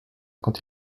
quant